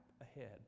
ahead